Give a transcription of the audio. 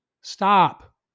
Stop